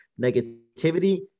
negativity